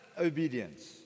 obedience